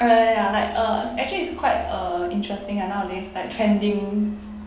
ya ya ya like uh actually is quite uh interesting ya nowadays like trending